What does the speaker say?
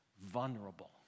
vulnerable